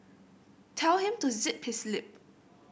tell him to zip his lip